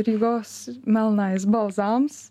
rygos melnais balzams